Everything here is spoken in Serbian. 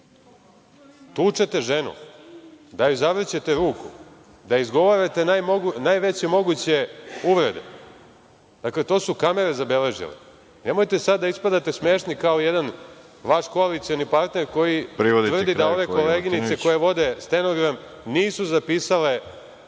tučete ženu, da joj zavrćete ruku, da izgovarate najveće moguće uvrede. Dakle, to su kamere zabeležile. Nemojte sada da ispadate smešni kao jedan vaš koalicioni partner koji tvrdi da ove koleginice koje vode stenogram nisu zapisale